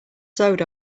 sewed